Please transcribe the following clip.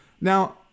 Now